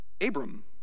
Abram